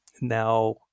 Now